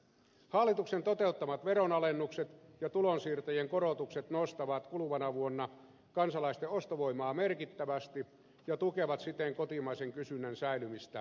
hallituksen toteuttamat veronalennukset ja tulonsiirtojen korotukset nostavat kuluvana vuonna kansalaisten ostovoimaa merkittävästi ja tukevat siten kotimaisen kysynnän säilymistä korkealla tasolla